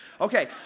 Okay